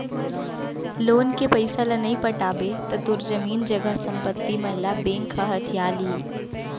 loan के पइसा ल नइ पटाबे त तोर जमीन जघा संपत्ति मन ल बेंक ह हथिया लिही